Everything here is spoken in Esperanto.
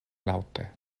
laŭte